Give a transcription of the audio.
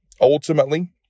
ultimately